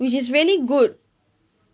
which is really good